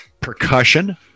percussion